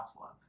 love